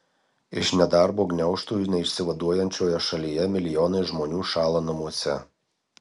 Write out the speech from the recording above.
iš nedarbo gniaužtų neišsivaduojančioje šalyje milijonai žmonių šąla namuose